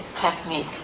technique